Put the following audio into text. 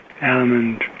element